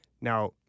Now